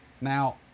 Now